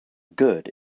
good